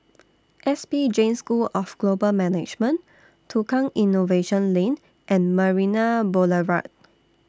S P Jain School of Global Management Tukang Innovation Lane and Marina Boulevard